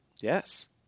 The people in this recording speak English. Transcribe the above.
Yes